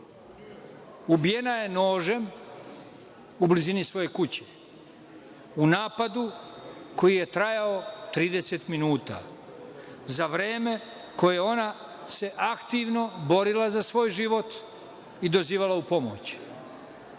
Ubijena je nožem u blizini svoje kuće u napadu koji je trajao 30 minuta, za vreme u kojem se ona aktivno borila za svoj život i dozivala u pomoć.